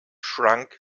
shrunk